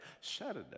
Saturday